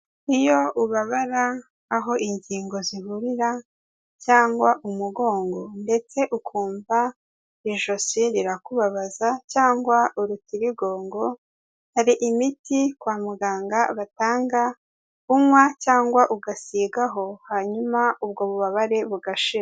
Iyo ubabara aho ingingo zihurira cyangwa umugongo ndetse ukumva ijosi rirakubabaza cyangwa urutirigongo, hari imiti kwa muganga batanga unywa cyangwa ugasigaho hanyuma ubwo bubabare bugashira.